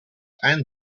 and